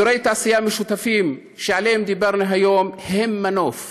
אזורי התעשייה המשותפים שעליהם דיברנו היום הם מנוף